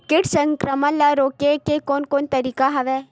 कीट संक्रमण ल रोके के कोन कोन तरीका हवय?